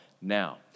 now